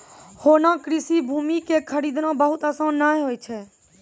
होना कृषि भूमि कॅ खरीदना बहुत आसान नाय होय छै